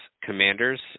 commanders